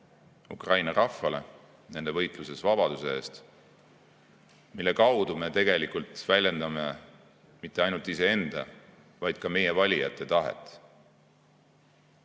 Ukraina rahvale nende võitluses vabaduse eest, mille kaudu me tegelikult väljendame mitte ainult iseenda, vaid ka meie valijate tahet.